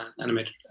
animated